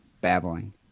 babbling